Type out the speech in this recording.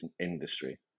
industry